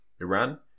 iran